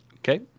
Okay